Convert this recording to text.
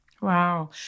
Wow